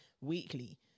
weekly